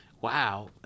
Wow